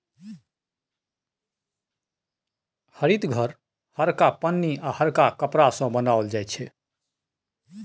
हरित घर हरका पन्नी आ हरका कपड़ा सँ बनाओल जाइ छै